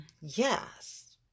yes